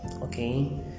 okay